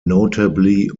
notably